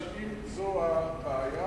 שאם זו הבעיה,